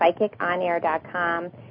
psychiconair.com